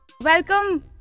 Welcome